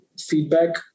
feedback